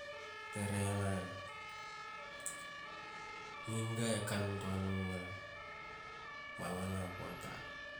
Bte rhena. ni niga e kantoa numna mamana poata